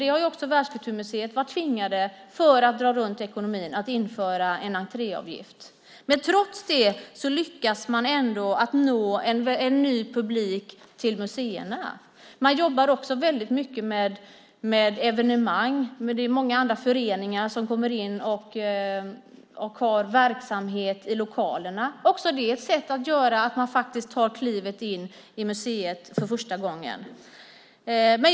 Det har också Världskulturmuseet varit tvingad att införa för att dra runt ekonomin. Men trots det lyckas man nå en ny publik till museerna. Man jobbar också väldigt mycket med evenemang. Det är många föreningar som kommer in och har verksamhet i lokalerna. Också det är ett sätt att ta klivet in i museet för första gången.